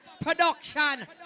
production